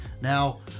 Now